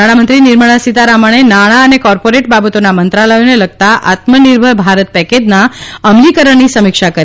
નાણાંમંત્રી નિર્મળા સીતારમણે નાણાં અને કોર્પોરેટ બાબતોના મંત્રાલયોને લગતા આત્મનિર્ભર ભારત પેકેજના અમલીકરણની સમીક્ષા કરી